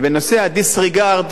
בנושא ה-disregard,